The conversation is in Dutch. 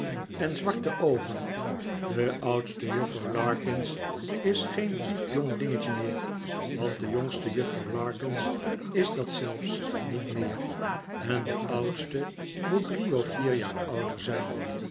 en zwarte oogen de oudste juffrouw larkins is geen piepjong dingetje meer want de jongste juffrouw larkins is dat zelfs niet meer en de oudste moet drie of vier jaar ouder zijn